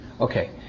Okay